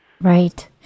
Right